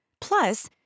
Plus